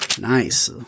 Nice